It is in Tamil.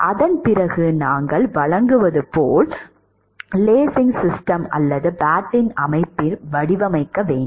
அதன்பிறகு நாங்கள் வழங்குவது போல் லேசிங் சிஸ்டம் அல்லது பேட்டன் சிஸ்டத்தை வடிவமைக்க வேண்டும்